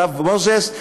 הרב מוזס,